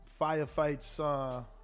firefights